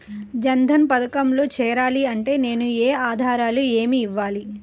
జన్ధన్ పథకంలో చేరాలి అంటే నేను నా ఆధారాలు ఏమి ఇవ్వాలి?